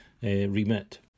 remit